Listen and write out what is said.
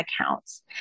accounts